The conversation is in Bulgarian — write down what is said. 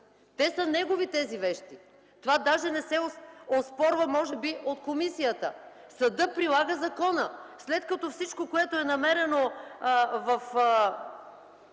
вещи са негови. Това даже не се оспорва може би от комисията. Съдът прилага закона, след като всичко, което е намерено в